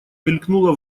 мелькнула